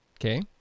Okay